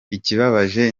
ikibabaje